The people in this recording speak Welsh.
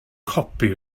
copi